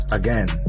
again